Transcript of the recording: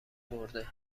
مرده